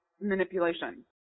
manipulation